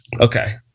Okay